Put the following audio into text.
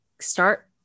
start